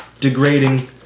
Degrading